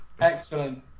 excellent